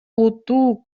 олуттуу